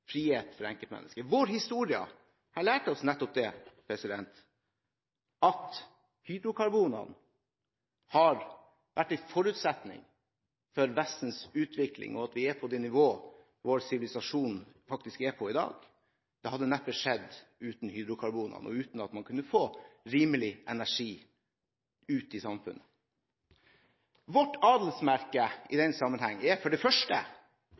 frihet for enkeltmennesket. Vår historie har lært oss at hydrokarboner har vært en forutsetning for Vestens utvikling og for at vi er på det nivået som vår sivilisasjon er på i dag. Det hadde neppe skjedd uten hydrokarbonene – og uten av man kunne få rimelig energi ut i samfunnet. Vårt adelsmerke i denne sammenheng er